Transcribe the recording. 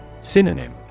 Synonym